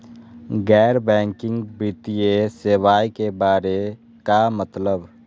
गैर बैंकिंग वित्तीय सेवाए के बारे का मतलब?